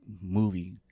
movie